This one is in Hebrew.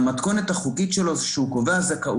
המתכונת החוקית של סל הבריאות היא שהוא קובע זכאויות